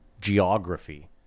geography